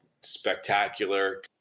spectacular